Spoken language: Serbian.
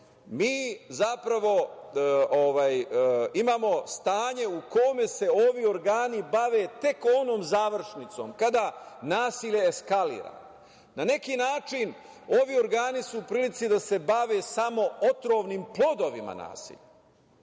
mi imamo stanje u kome se ovi organi bave tek onom završnicom kada nasilje eskalira. Na neki način ovi organi su u prilici da se bave samo otrovnim plodovima nasilja.